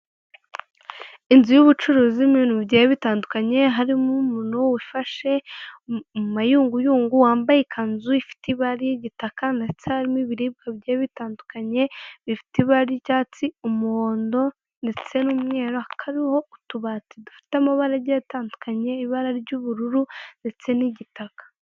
Inzu y'ubucuruzi irimo ibintu bigiye bitandukanye harimo umuntu wifashe mu mayunguyungu wambaye ikanzu ifite ibara ry'igitaka ndetse harimo ibiribwa bigiye bitandukanye bifite ibara ry'icyatsi, umuhondo ndetse n'umweru, kariho utubati dufite amabara agiye dutandukanye, ibara ry'ubururu ndetse n'igitaka.